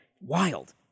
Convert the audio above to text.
wild